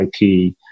IP